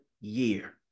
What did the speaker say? year